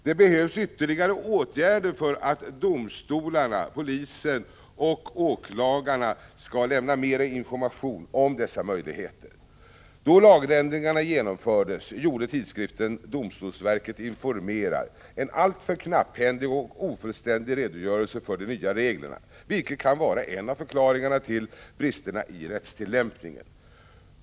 Det behövs ytterligare åtgärder för att domstolarna, polisen och åklagarna skall lämna mer information om dessa möjligheter. Då lagändringarna genomfördes gjorde tidskriften Domstolsverket informerar en knapphändig och ofullständig redogörelse för de nya reglerna, vilket kan vara en av förklaringarna till bristerna i rättstillämpningen.